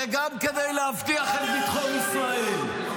-- וגם כדי להבטיח את ביטחון ישראל,